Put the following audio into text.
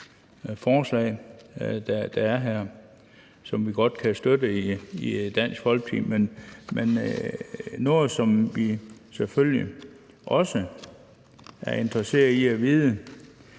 forslag, der er her, som vi godt kan støtte i Dansk Folkeparti. Men noget, som vi selvfølgelig også er interesserede i at vide,